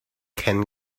ken